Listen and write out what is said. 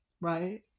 Right